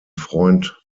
freund